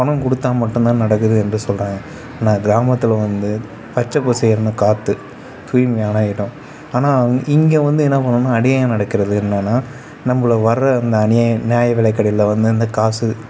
பணம் கொடுத்தா மட்டுந்தான் நடக்கிறது என்று சொல்கிறாங்க ஆனால் கிராமத்தில் வந்து பச்சை பசேல்ன்னு காற்று தூய்மையான இடம் ஆனால் இங்கே வந்து என்ன பண்ணுன்னால் அநியாயம் நடக்கிறது என்னன்னா நம்ம வர்ற அந்த அநியாயம் நியாய விலைக்கடையில் வந்து அந்த காசு